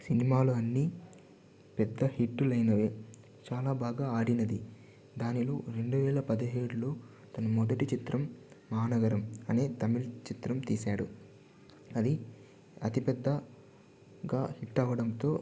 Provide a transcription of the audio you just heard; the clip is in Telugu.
సినిమాలు అన్నీ పెద్దహిట్టులైనవి చాలా బాగా ఆడినది దానిలో రెండువేల పదిహేనులో మొదటి చిత్రం మా నగరం అనే తమిళ్ చిత్రం తీశాడు అది అతిపెద్దగా హిట్ అవడంతో తనకు